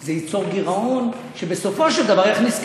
זה ייצור גירעון, שבסופו של דבר יכניס כסף.